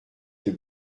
est